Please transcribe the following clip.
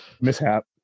mishap